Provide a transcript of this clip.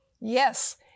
Yes